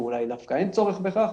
או אולי דווקא אין צורך בכך.